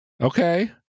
Okay